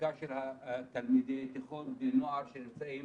המצוקה של תלמידי התיכון והנוער שנמצאים